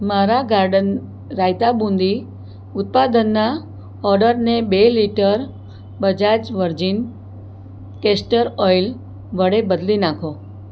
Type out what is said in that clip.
મારા ગાર્ડન રાયતા બૂંદી ઉત્પાદનના ઓર્ડરને બે litre Bajaj virgin castor oil વડે બદલી નાખો